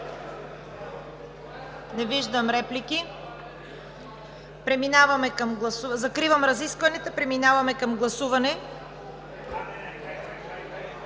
Не виждам. Закривам разискванията, преминаваме към гласуване.